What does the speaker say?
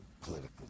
political